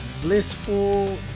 Blissful